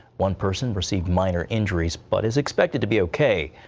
one person received minor injuries but is expected to be okay.